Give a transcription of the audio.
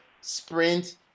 sprint